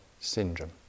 syndrome